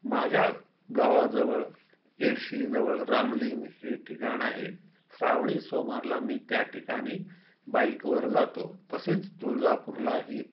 माझ्या गावाजवळ येडशीजवळ रामलिंग हे ठिकाण आहे श्रावणी सोमावारला मी त्या ठिकाणी बाईकवर जातो तसेच तुळजापूरला ही